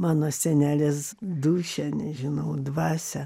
mano senelės dūšią nežinau dvasią